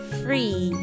free